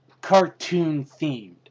cartoon-themed